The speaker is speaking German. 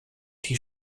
die